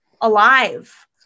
alive